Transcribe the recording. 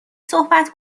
صحبت